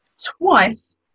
twice